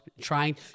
trying